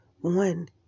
one